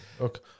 Okay